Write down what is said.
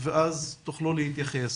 ואז תוכלו להתייחס.